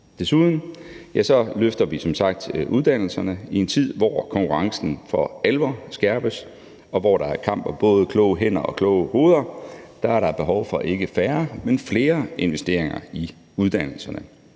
Desuden løfter vi som sagt uddannelserne i en tid, hvor konkurrencen for alvor skærpes, og hvor der er kamp om både kloge hænder og kloge hoveder; der er der behov for ikke færre, men flere investeringer i uddannelserne.